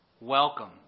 welcome